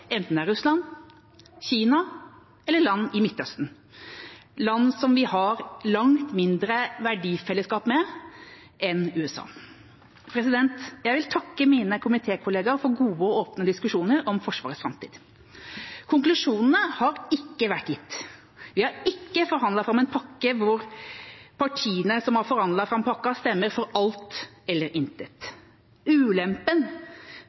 enten det er Russland, Kina eller land i Midtøsten – land vi har et langt mindre verdifelleskap med enn med USA. Jeg vil takke mine komitékollegaer for gode og åpne diskusjoner om Forsvarets framtid. Konklusjonene har ikke vært gitt. Vi har ikke forhandlet fram en pakke hvor de partiene som har forhandlet fram pakka, stemmer for alt eller intet. Ulempen